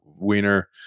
Wiener